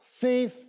Thief